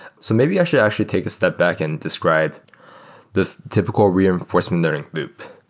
so maybe i should actually take a step back and describe this typical reinforcement learning loop.